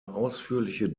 ausführliche